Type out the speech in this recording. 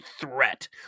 threat